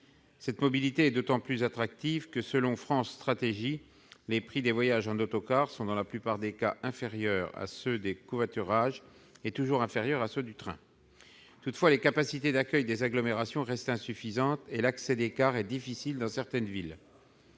Cette mobilité est d'autant plus attractive que, selon France Stratégie, les prix des voyages en autocar sont dans la plupart des cas inférieurs à ceux des covoiturages et toujours inférieurs à ceux du train. Toutefois, les capacités d'accueil des agglomérations restent insuffisantes, et l'accès des cars est difficile dans certaines villes.